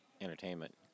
entertainment